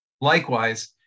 likewise